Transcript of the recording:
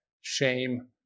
shame